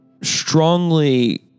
strongly